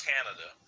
Canada